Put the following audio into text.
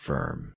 Firm